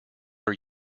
are